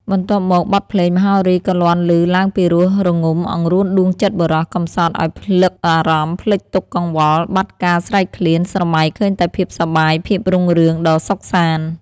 បន្ទាប់មកបទភ្លេង មហោរីក៏លាន់លឺឡើងពីរោះរងំអង្រួនដួងចិត្តបុរស កំសត់អោយភ្លឹកអារម្មណ៍ភ្លេចទុក្ខកង្វល់ បាត់ការ ស្រេកឃ្លាន ស្រមៃឃើញតែភាពសប្បាយ ភាពរុងរឿង ដ៏សុខសាន្ត ។